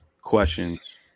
questions